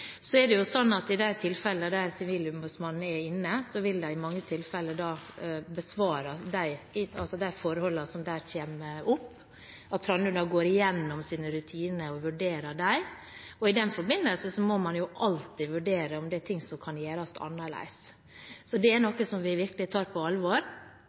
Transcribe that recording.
I de tilfellene der Sivilombudsmannen er inne, vil de i mange tilfeller besvare de forholdene som der kommer opp, og Trandum går da igjennom sine rutiner og vurderer dem. I den forbindelse må man jo alltid vurdere om det er ting som kan gjøres annerledes. Det er noe som vi virkelig tar på alvor.